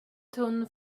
tunn